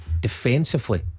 Defensively